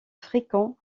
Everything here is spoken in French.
fréquents